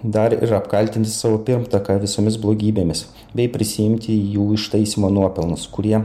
dar ir apkaltinti savo pirmtaką visomis blogybėmis bei prisiimti jų ištaisymo nuopelnus kurie